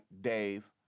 Dave